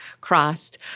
crossed